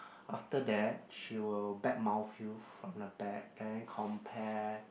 after that she will back mouth you from the back and then compare